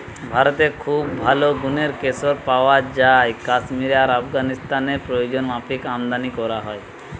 ভারতে খুব ভালো গুনের কেশর পায়া যায় কাশ্মীরে আর আফগানিস্তানে প্রয়োজনমাফিক আমদানী কোরা হয়